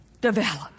develop